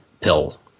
pill